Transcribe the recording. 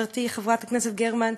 חברתי חברת הכנסת יעל גרמן.